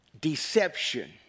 Deception